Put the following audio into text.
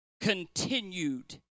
continued